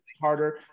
harder